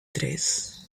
tres